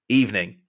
evening